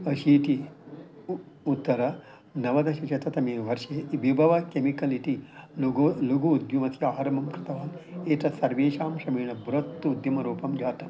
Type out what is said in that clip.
अशीति उत्तरनवदशशततमे वर्षे विबव केमिकल् इति लुघु लुघु उद्यमस्य आरम्भं कृतवान् एतत् सर्वेषां श्रमेण बृहत्तु उद्यमरूपं जातं